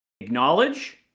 Acknowledge